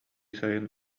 сайын